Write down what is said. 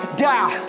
die